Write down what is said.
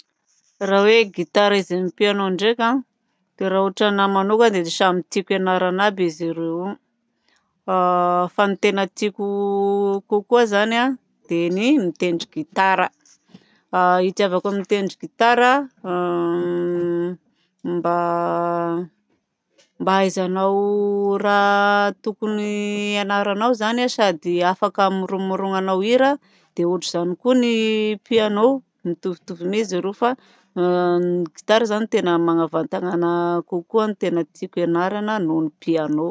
Raha hoe gitara izy amin'ny piano ndraika dia raha ohatranahy manokana dia samy tiako hianarana aby izy roa. Fa ny tena tiako kokoa zany dia ny mitendry gitara. Hitiavako mitendry gitara mba ahaizanao raha tokony hianaranao zany a sady afaka hamoromoronanao hira. Dia ohatran'izany koa ny piano mitovitovy mi zareo. Fa ny gitara zany no tena magnavatana anahy kokoa ny tena tiako hianarana noho ny piano.